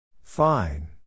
Fine